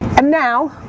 and now,